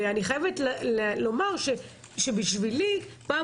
אני חייבת לומר שעבורי זו היתה הפעם